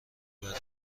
برای